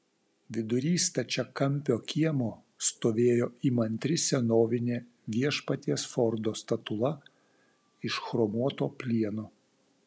vidury stačiakampio kiemo stovėjo įmantri senovinė viešpaties fordo statula iš chromuoto plieno